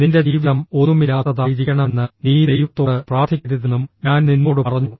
നിന്റെ ജീവിതം ഒന്നുമില്ലാത്തതായിരിക്കണമെന്ന് നീ ദൈവത്തോട് പ്രാർത്ഥിക്കരുതെന്നും ഞാൻ നിന്നോടു പറഞ്ഞു